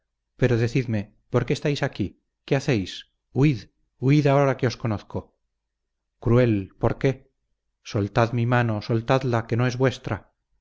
pero decidme por qué estáis aquí qué hacéis huid huid ahora que os conozco cruel por qué soltad mi mano soltadla que no es vuestra